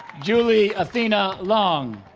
julie athena long